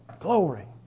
Glory